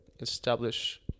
establish